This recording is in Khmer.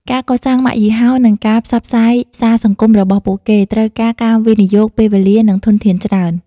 ការកសាងម៉ាកយីហោ និងការផ្សព្វផ្សាយសារសង្គម របស់ពួកគេ ត្រូវការការវិនិយោគពេលវេលា និងធនធានច្រើន ។